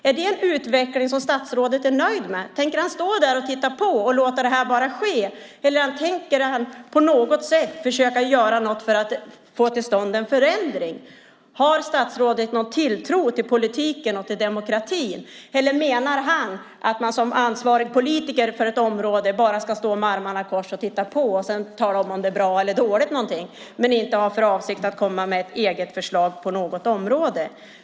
Är det en utveckling som statsrådet är nöjd med? Tänker han stå och titta på och låta det ske eller tänker han göra något för att försöka få till stånd en förändring? Har statsrådet någon tilltro till politiken och demokratin eller menar han att man som ansvarig politiker för ett område bara ska stå med armarna i kors, se på och sedan tala om ifall något är bra eller dåligt, utan att ha för avsikt att komma med egna förslag på något område?